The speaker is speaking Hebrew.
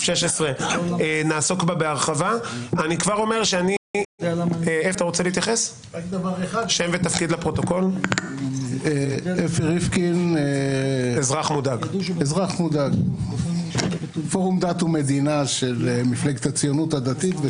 16. אני מפורום דת ומדינה של מפלגת הציונות הדתית.